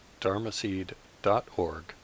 dharmaseed.org